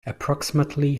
approximately